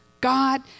God